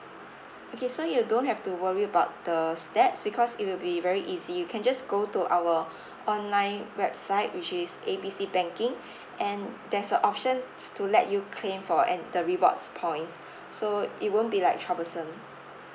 okay so you don't have to worry about the steps because it will be very easy you can just go to our online website which is A B C banking and there's a option t~ to let you claim for and the rewards points so it won't be like troublesome